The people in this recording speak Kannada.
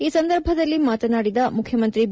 ಈ ಸಂದರ್ಭದಲ್ಲಿ ಮಾತನಾಡಿದ ಮುಖ್ಯಮಂತ್ರಿ ಬಿ